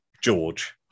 george